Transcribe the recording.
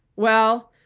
well,